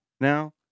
now